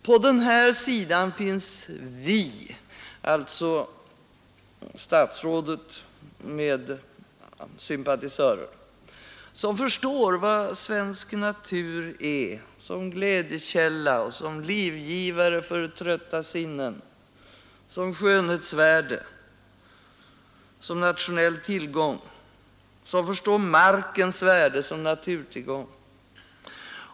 På den här sidan finns vi — alltså statsrådet med sympatisörer — som förstår vad svensk natur är som glädjekälla, som livgivare för trötta sinnen, som skönhetsvärde, som nationell tillgång, som förstår markens värde som naturtillgång.